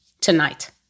tonight